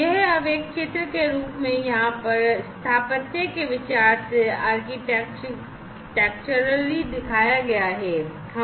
यह अब एक चित्र के रूप में यहाँ पर स्थापत्य के विचार से दिखाया गया है